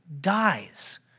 dies